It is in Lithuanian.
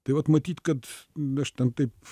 tai vat matyt kad aš ten taip